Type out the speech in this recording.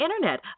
Internet